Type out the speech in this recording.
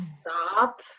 stop